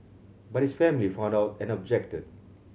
but his family found out and objected